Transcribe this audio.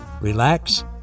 relax